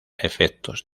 efectos